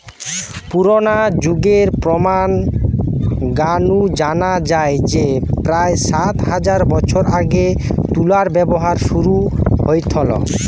পুরনা যুগের প্রমান গা নু জানা যায় যে প্রায় সাত হাজার বছর আগে তুলার ব্যবহার শুরু হইথল